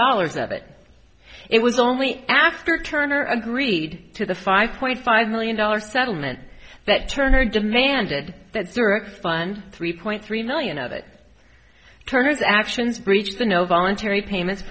dollars of it it was only after turner agreed to the five point five million dollars settlement that turner demanded that zurich fund three point three million of it turner's actions breached the no voluntary payments